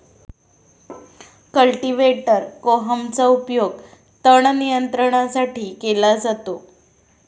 cultivator कोहमचा उपयोग तण नियंत्रणासाठी केला जातो